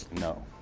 No